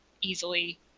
easily